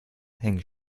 hängen